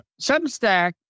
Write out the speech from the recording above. Substack